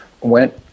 went